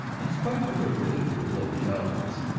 in spite of the ridicule of the elders,